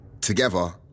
Together